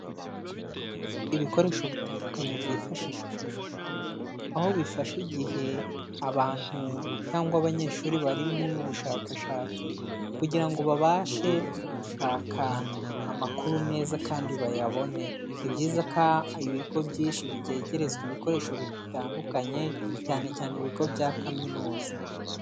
Ibikoresho bitandukanye byifashishwa ku ishuri, aho bifasha igihe abantu cyangwa abanyeshuri bari mu bushakashatsi kugira ngo babashe gushaka amakuru neza kandi bayabone, ni byizayiza ko ibigo byinshi byegegerezwa ibikoresho bitandukanye, cyane cyane ibigo bya kaminuza.